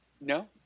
no